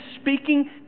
speaking